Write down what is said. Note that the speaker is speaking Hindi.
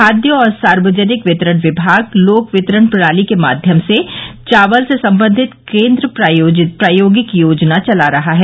खाद्य और सार्वजनिक वितरण विभाग लोक वितरण प्रणाली के माध्यम से चावल से संबंधित केन्द्र प्रायोजित प्रायोगिक योजना चला रहा है